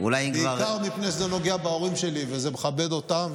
בעיקר מפני שזה נוגע בהורים שלי וזה מכבד אותם.